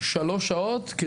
3 שעות,